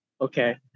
okay